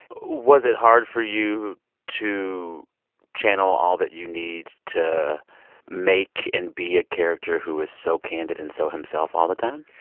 was it hard for you to channel all that you need to make and be a character who was so candid and so himself all the time?